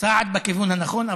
צעד בכיוון הנכון,